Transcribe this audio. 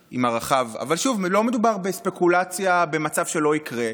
אבל שוב, לא מדובר בספקולציה, במצב שלא יקרה.